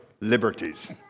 liberties